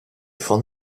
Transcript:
fonds